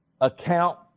account